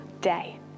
day